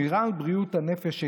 שמירה על בריאות הנפש,